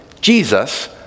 Jesus